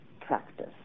practice